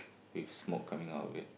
with smoke coming out of it